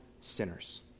sinners